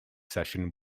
session